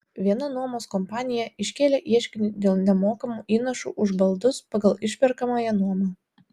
viena nuomos kompanija iškėlė ieškinį dėl nemokamų įnašų už baldus pagal išperkamąją nuomą